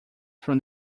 from